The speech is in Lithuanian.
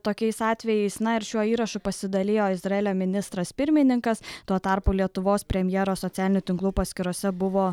tokiais atvejais na ir šiuo įrašu pasidalijo izraelio ministras pirmininkas tuo tarpu lietuvos premjero socialinių tinklų paskyrose buvo